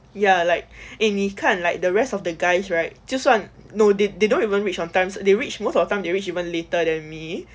ya like eh 你看 like the rest of the guys right 就算 no they they don't even reach on times they reached most of the time they reach even later than me